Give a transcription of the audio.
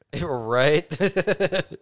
Right